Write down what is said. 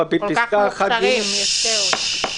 כל כך מוכשרים שיש כאוס.